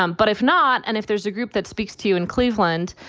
um but if not, and if there's a group that speaks to you in cleveland,